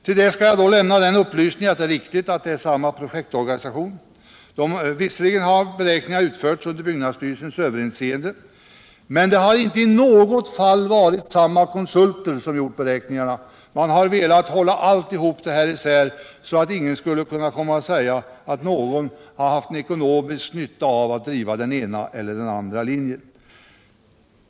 Till detta skall då lämnas den upplysningen att visserligen har beräkningarna utförts av samma projektorganisation under byggnadsstyrelsens överinseende, men det har inte i något fall varit samma konsulter som gjort beräkningarna. Man har velat hålla isär projekten, så att ingen skulle kunna komma och säga att någon har haft ekonomisk nytta av att driva den ena eller andra linjen.